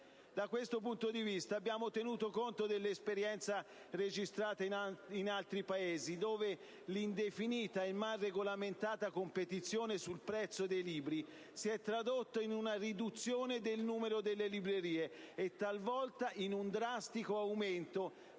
Da questo punto di vista abbiamo tenuto conto dell'esperienza registrata in altri Paesi, dove l'indefinita e mal regolamentata competizione sul prezzo dei libri si è tradotta in una riduzione del numero delle librerie e talvolta anche in un drastico aumento